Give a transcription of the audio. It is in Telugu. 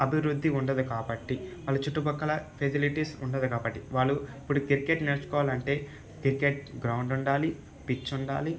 అభివృద్ధి ఉండదు కాబట్టి వాళ్ళ చుట్టు పక్కల ఫెసిలిటీస్ ఉండదు కాబట్టి వాళ్ళు ఇప్పుడు క్రికెట్ నేర్చుకోవాలంటే క్రికెట్ గ్రౌండ్ ఉండాలి పిచ్ ఉండాలి